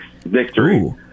victory